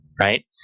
Right